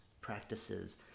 practices